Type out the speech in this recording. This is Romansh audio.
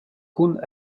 cun